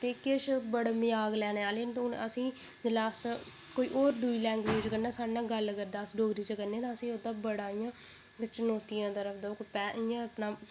ते किश बड़ा मजाक लैने आह्ले न ते हून असें ई जैल्ले अस कोई होर दूई लैंग्वेज कन्नै साढ़े कन्नै गल्ल करदा अस डोगरी च करने तां असें ई ओह्दा बडा इ'यां चुनोतियें दे राह् उप्पर पैर इ'यां अपना